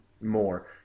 more